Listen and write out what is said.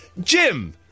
Jim